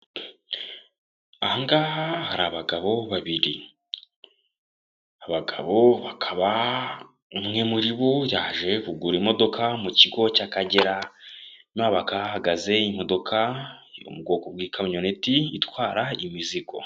Aha ngaha hari abagabo babiri, abagabo bakaba umwe muri bo yaje kugura imodoka mu kigo cy'akagera, hino hakaba hahagaze imodoka yo mu bwoko bw'ikamyoneti itwara imizigo.